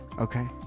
Okay